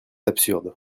absurde